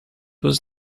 was